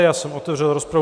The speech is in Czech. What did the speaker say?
Já jsem otevřel rozpravu.